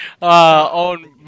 On